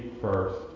first